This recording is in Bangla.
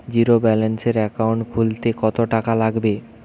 জিরোব্যেলেন্সের একাউন্ট খুলতে কত টাকা লাগবে?